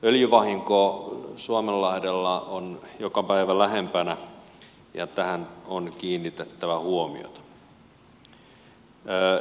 öljyvahinko suomenlahdella on joka päivä lähempänä ja tähän on kiinnitettävä huomiota